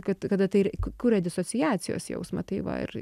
kad kada tai kuria disociacijos jausmą tai va ir